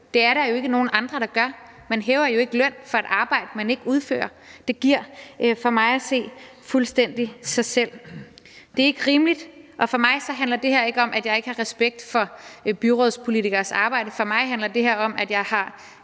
Det er der jo ikke nogen andre der gør. Man hæver jo ikke løn for et arbejde, man ikke udfører. Det giver for mig at se fuldstændig sig selv. Det er ikke rimeligt. For mig handler det her ikke om, at jeg ikke har respekt for byrådspolitikeres arbejde. For mig handler det her om, at jeg har